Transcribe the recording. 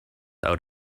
out